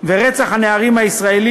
החטיפה והרצח של הנערים הישראלים,